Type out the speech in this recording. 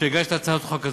שהגשת את הצעת החוק הזאת.